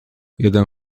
jeden